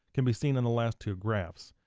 can be seen in the last two graphs.